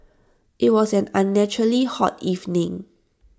IT was an unnaturally hot evening